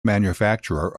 manufacturer